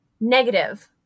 negative